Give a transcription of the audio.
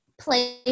play